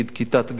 כיתת גן